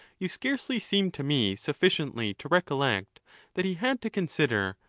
you scarcely seem to me sufficiently to recollect that he had to consider,